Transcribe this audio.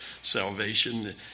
salvation